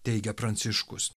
teigia pranciškus